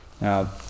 Now